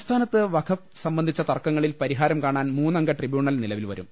സംസ്ഥാനത്ത് വഖഫ് സംബന്ധിച്ച തർക്കങ്ങളിൽ പരിഹാരം കാണാൻ മൂന്നംഗ ട്രിബ്യൂണൽ നിലവിൽ വരും